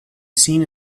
seen